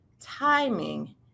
Timing